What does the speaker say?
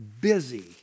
busy